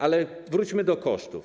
Ale wróćmy do kosztów.